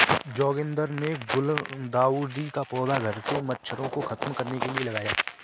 जोगिंदर ने गुलदाउदी का पौधा घर से मच्छरों को खत्म करने के लिए लगाया